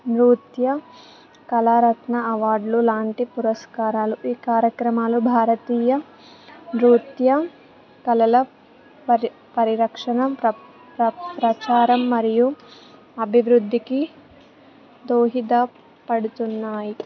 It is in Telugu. నృత్య కళారత్న అవార్డులు లాంటి పురస్కారాలు ఈ కార్యక్రమాలు భారతీయ నృత్య కళల పరి పరిరక్షణ ప్ర ప్ర ప్రచారం మరియు అభివృద్ధికి దోహద పడుతున్నాయి